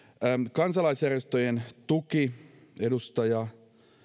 kansalaisjärjestöjen tuki